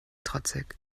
trotzig